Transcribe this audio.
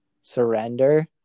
surrender